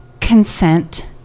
consent